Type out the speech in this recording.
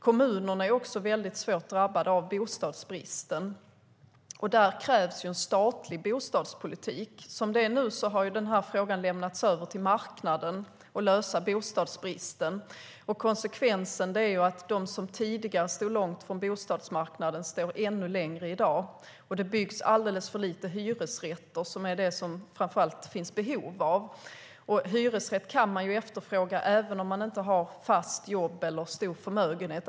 Kommunerna är dessutom hårt drabbade av bostadsbristen, och därför krävs en statlig bostadspolitik. Nu har det lämnats över till marknaden att lösa bostadsbristen. Konsekvensen blir att de som tidigare stod långt ifrån bostadsmarknaden i dag står ännu längre ifrån. Det byggs alldeles för få hyresrätter, vilket det framför allt finns behov av. Hyresrätt kan man efterfråga trots att man inte har fast jobb eller stor förmögenhet.